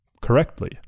Correctly